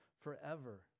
forever